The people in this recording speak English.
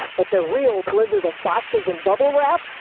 but the real blizzard of boxes in bubble. wrap.